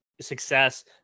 success